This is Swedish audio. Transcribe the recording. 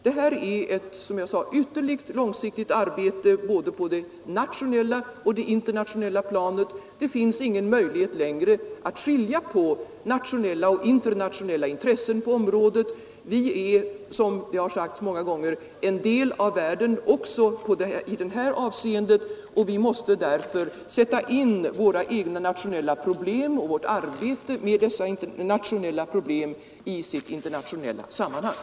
Det här är ett ytterligt långsiktigt arbete både på det nationella och på det internationella planet. Det finns ingen möjlighet längre att skilja på nationella och internationella intressen på området. Vi är, som det har sagts många gånger, en del av världen också i detta avseende, och vi måste därför sätta in våra nationella problem och vårt arbete med dessa nationella problem i sitt internationella sammanhang.